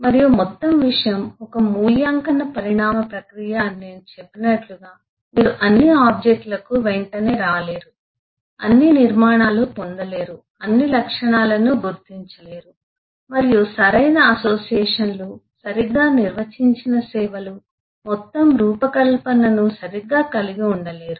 మరియు మొత్తం విషయం ఒక మూల్యాంకన పరిణామ ప్రక్రియ అని నేను చెప్పినట్లుగా మీరు అన్ని ఆబ్జెక్ట్ లకు వెంటనే రాలేరు అన్ని నిర్మాణాలు పొందలేరు అన్ని లక్షణాలను గుర్తించలేరు మరియు సరైన అసోసియేషన్లు సరిగ్గా నిర్వచించిన సేవలు మొత్తం రూపకల్పనను సరిగ్గా కలిగి ఉండలేరు